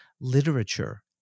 literature